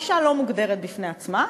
אישה לא מוגדרת בפני עצמה,